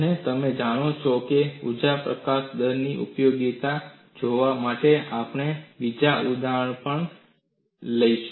અને તમે જાણો છો કે ઊર્જા પ્રકાશન દરની ઉપયોગિતા જોવા માટે આપણે બીજું ઉદાહરણ પણ લઈશું